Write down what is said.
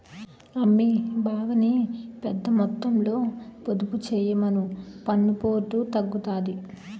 అమ్మీ బావని పెద్దమొత్తంలో పొదుపు చెయ్యమను పన్నుపోటు తగ్గుతాది